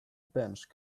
bench